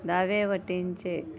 दावे वटेनचे